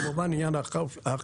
כמובן עניין האכיפה,